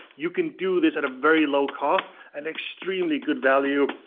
you can do this at a very low cost, and extremely good value,